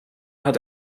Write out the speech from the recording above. hat